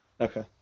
Okay